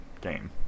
game